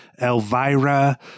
Elvira